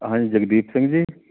ਹਾਂਜੀ ਜਗਦੀਪ ਸਿੰਘ ਜੀ